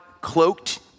cloaked